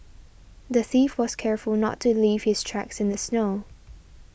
the thief was careful not to leave his tracks in the snow